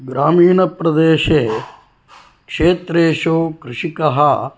ग्रामीणप्रदेशे क्षेत्रेषु कृषकः